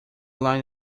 line